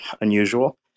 unusual